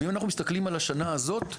ואם אנחנו מסתכלים על השנה הזאת,